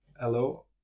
hello